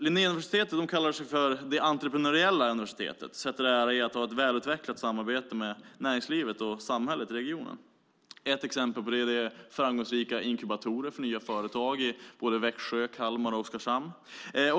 Linnéuniversitetet kallar sig det entreprenöriella universitetet och sätter en ära i att ha ett välutvecklat samarbete med näringslivet och samhället i regionen. Ett exempel på detta är framgångsrika inkubatorer för nya företag i Växjö, Kalmar och Oskarshamn.